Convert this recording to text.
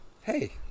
hey